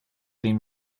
been